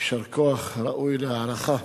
יישר כוח, ראוי להערכה.